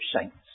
saints